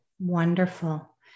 Wonderful